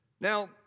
Now